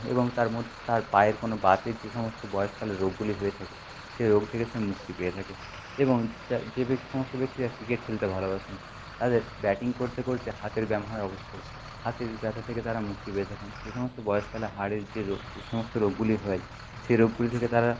এবং তার মধ্যে তার পায়ের কোনো বাতের যে সমস্ত বয়সকালে রোগগুলি হয়ে থাকে সেই রোগ থেকে সে মুক্তি পেয়ে থাকে এবং যে সমস্ত ব্যক্তিরা ক্রিকেট খেলতে ভালোবাসেন তাদের ব্যাটিং করতে করতে হাতের ব্যায়াম হয় অবশ্যই হাতের ব্যাথা থেকে তারা মুক্তি পেয়ে থাকেন যে সমস্ত বয়সকালে হাড়ের যে রোগ যে সমস্ত রোগগুলি হয় সে রোগগুলি থেকে তারা